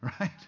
Right